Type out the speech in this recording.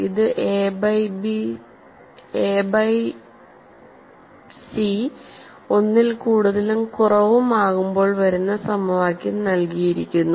ഇത് A by C 1 ൽ കൂടുതലും കുറവും ആകുമ്പോൾ വരുന്ന സമവാക്യം നൽകിയിരിക്കുന്നു